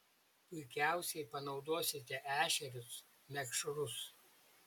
puikiausiai panaudosite ešerius mekšrus